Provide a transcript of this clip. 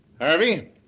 Harvey